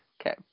Okay